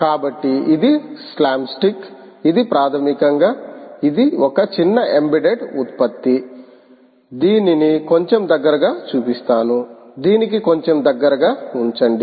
కాబట్టి ఇది slam stick ఇది ప్రాథమికంగా ఇది ఒక చిన్న ఎంబెడెడ్ ఉత్పత్తి దీనిని కొంచెం దగ్గరగా చూపిస్తాను దీనికి కొంచెం దగ్గరగా ఉంచండి